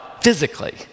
physically